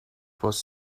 was